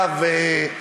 לא,